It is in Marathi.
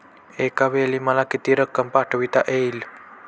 एकावेळी मला किती रक्कम पाठविता येईल?